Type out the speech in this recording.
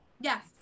Yes